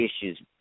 issues